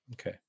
Okay